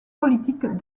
politiques